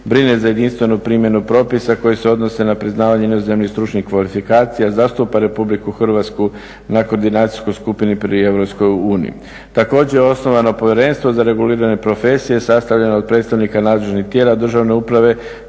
brine za jedinstvenu primjenu propisa koji se odnose na priznavanje inozemnih stručnih kvalifikacija, zastupa RH na koordinacijskoj skupini pri EU. Također, osnovano povjerenstvo za reguliranje profesije sastavljeno je od predstavnika nadležnih tijela, državne uprave